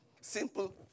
Simple